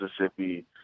Mississippi